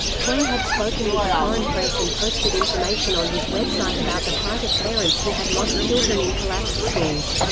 huang had spoken with the foreign press and posted information on his website about the plight of parents who had lost children in collapsed schools.